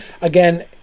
Again